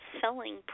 selling